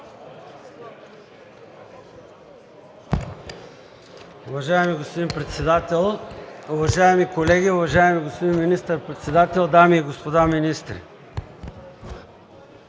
Уважаеми господин Председател, уважаеми колеги, уважаеми господин Министър-председател, дами и господа министри!